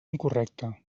incorrecte